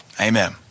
Amen